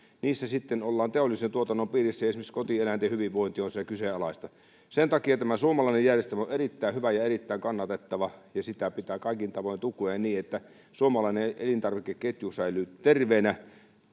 niissä sitten ollaan teollisen tuotannon piirissä ja esimerkiksi kotieläinten hyvinvointi on siellä kyseenalaista sen takia tämä suomalainen järjestelmä on erittäin hyvä ja erittäin kannatettava ja sitä pitää kaikin tavoin tukea niin että suomalainen elintarvikeketju säilyy terveenä